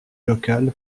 local